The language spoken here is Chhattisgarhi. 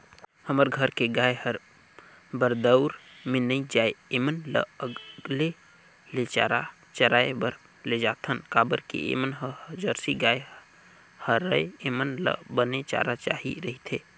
हमर घर के गाय हर बरदउर में नइ जाये ऐमन ल अलगे ले चराए बर लेजाथन काबर के ऐमन ह जरसी गाय हरय ऐेमन ल बने चारा चाही रहिथे